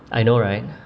I know right